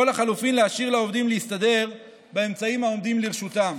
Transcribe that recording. או לחלופין להשאיר לעובדים להסתדר באמצעים העומדים לרשותם.